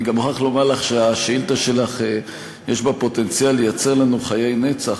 אני גם מוכרח להגיד שלשאילתה שלך יש פוטנציאל לייצר לנו חיי נצח,